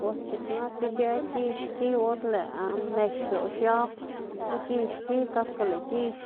bos dziꞌk nak ic̲h̲ë gix xki or lëꞌ mex lëꞌ xiab lo gix xki kaske lëꞌ gix